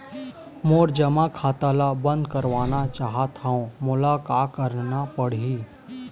मोर जमा खाता ला बंद करवाना चाहत हव मोला का करना पड़ही?